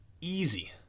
easy